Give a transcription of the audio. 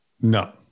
No